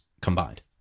combined